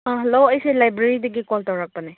ꯑꯥ hello ꯑꯩꯁꯦ ꯂꯥꯏꯕ꯭ꯔꯦꯔꯤꯗꯒꯤ call ꯇꯧꯔꯛꯄꯅꯦ